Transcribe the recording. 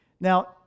Now